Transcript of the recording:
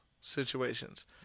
situations